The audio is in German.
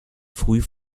früh